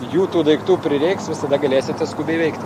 jų tų daiktų prireiks visada galėsite skubiai veikti